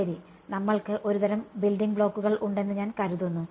ശരി നമ്മൾക്ക് ഒരുതരം ബിൽഡിംഗ് ബ്ലോക്കുകൾ ഉണ്ടെന്ന് ഞാൻ കരുതുന്നു